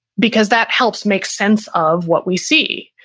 because that helps make sense of what we see.